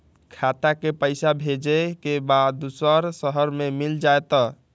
खाता के पईसा भेजेए के बा दुसर शहर में मिल जाए त?